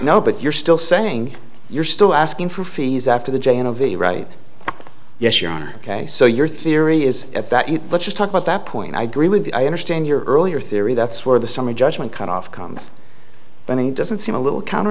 no but you're still saying you're still asking for fees after the jayne of a right yes your honor ok so your theory is at that let's just talk about that point i agree with you i understand your earlier theory that's where the summary judgment cut off comes running doesn't seem a little counter